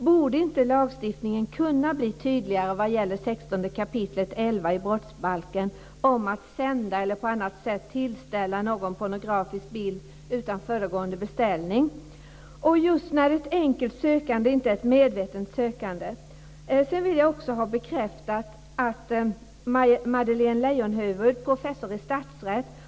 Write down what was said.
Borde inte lagstiftningen kunna bli tydligare vad gäller 16 kap. 11 § brottsbalken om att sända eller på något annat sätt tillställa någon pornografisk bild utan föregående beställning? Det borde vara så just därför att ett enkelt sökande inte är ett medvetet sökande. Jag vill också ha bekräftat det som Madeleine Leijonhufvud, professor i straffrätt, har framfört.